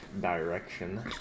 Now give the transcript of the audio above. direction